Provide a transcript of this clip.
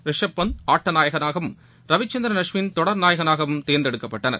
ரிஷப் பந்த் ஆட்ட நாயகனாகவும் ரவிச்சந்திரன் அஸ்வின் தொடர் நாயகனாகவும் தேர்ந்தெடுக்கப்பட்டனர்